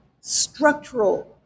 structural